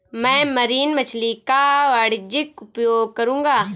मैं मरीन मछली का वाणिज्यिक उपयोग करूंगा